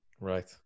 Right